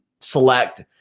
Select